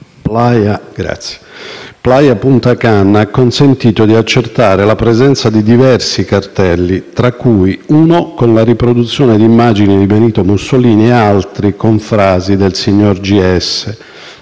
balneare Playa Punta Canna ha consentito di accertare la presenza di diversi cartelli, tra cui uno con la riproduzione di immagini di Benito Mussolini e altri con frasi del signor